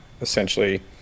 essentially